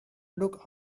look